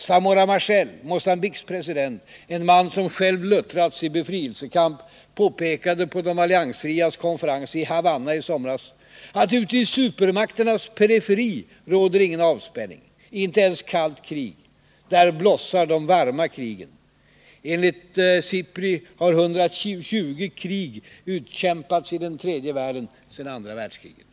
Samora Machel, Mogambiques president, en man som själv luttrats i befrielsekamp, påpekade under de alliansfrias konferens i Havanna i somras, att ute i supermakternas periferi råder ingen avspänning, inte ens kallt krig — där blossar de varma krigen. Enligt SIPRI har 120 krig utkämpats i den tredje världen sedan andra världskriget.